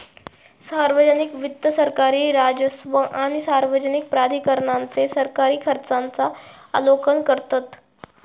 सार्वजनिक वित्त सरकारी राजस्व आणि सार्वजनिक प्राधिकरणांचे सरकारी खर्चांचा आलोकन करतत